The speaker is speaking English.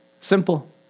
Simple